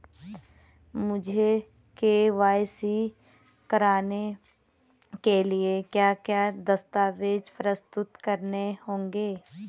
मुझे के.वाई.सी कराने के लिए क्या क्या दस्तावेज़ प्रस्तुत करने होंगे?